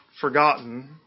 forgotten